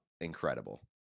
incredible